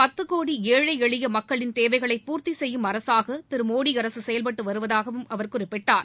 பத்து கோடி ஏழை எளிய மக்களின் தேவைகளை பூர்த்தி செய்யும் அரசாக திரு மோடி அரசு செயல்பட்டு வருவதாகவும் அவர் குறிப்பிட்டார்